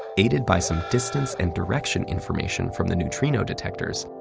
aided by some distance and direction information from the neutrino detectors,